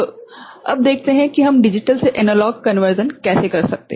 अब देखते हैं कि हम डिजिटल से एनालॉग रूपांतरण कैसे कर सकते हैं